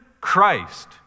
Christ